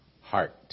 heart